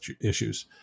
issues